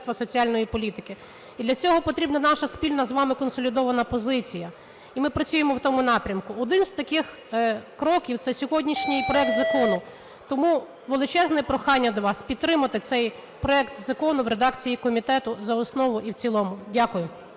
соціальної політики. І для цього потрібна наша спільна з вами консолідована позиція, і ми працюємо в тому напрямку. Один з таких кроків - це сьогоднішній проект закону. Тому величезне прохання до вас підтримати цей проект закону в редакції комітету за основу і в цілому. Дякую.